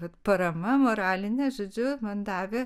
vat parama moralinė žodžiu man davė